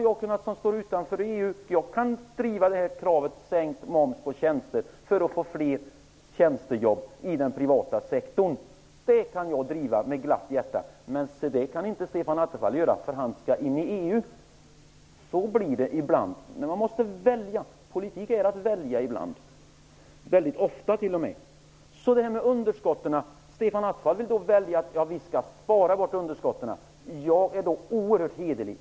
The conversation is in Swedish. Jag som står utanför EU kan driva kravet om sänkt moms på tjänster för att få fler tjänstejobb i den privata sektorn. Det kan jag göra med ett glatt hjärta, men det kan inte Stefan Attefall. Han skall in i EU. Så blir det ibland när man måste välja. Politik handlar ofta om att välja. Stefan Attefall säger att vi skall spara bort underskotten. Jag är oerhört hederlig.